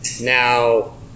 Now